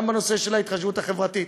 גם בנושא של ההתחשבות החברתית.